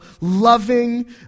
loving